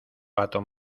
pato